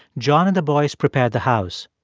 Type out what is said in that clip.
john and the boys prepared the house.